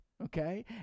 Okay